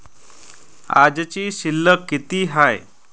आजची शिल्लक किती हाय?